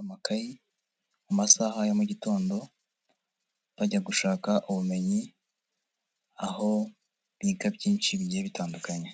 amakayi, mu masaha ya mu gitondo, bajya gushaka ubumenyi, aho biga byinshi bigiye bitandukanye.